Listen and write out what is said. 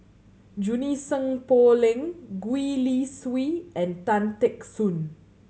Junie Sng Poh Leng Gwee Li Sui and Tan Teck Soon